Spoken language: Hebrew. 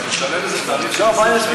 אתה משלם תעריף, לא.